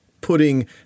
putting